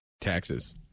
taxes